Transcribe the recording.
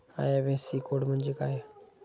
IFSC code म्हणजे काय?